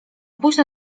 późno